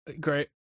Great